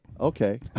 Okay